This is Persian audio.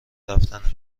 رفتنه